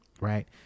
right